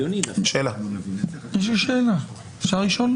גם בו נדון בעזרת השם.